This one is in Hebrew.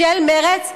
של מרצ,